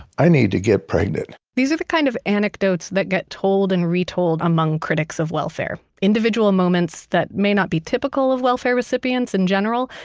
i need to get pregnant. these are the kinds kind of anecdotes that get told and retold among critics of welfare. individual moments that may not be typical of welfare recipients in general,